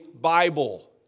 Bible